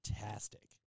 fantastic